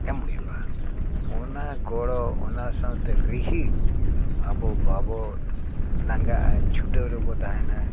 ᱮᱢ ᱦᱩᱭᱩᱜᱼᱟ ᱚᱱᱟ ᱜᱚᱲᱚ ᱚᱱᱟ ᱥᱟᱶᱛᱮ ᱨᱤᱦᱤᱴ ᱟᱵᱚ ᱵᱟᱵᱚ ᱞᱟᱜᱟᱜᱼᱟ ᱪᱷᱩᱴᱟᱹᱣ ᱨᱮᱵᱚ ᱛᱟᱦᱮᱱᱟ